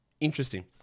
Interesting